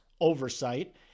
oversight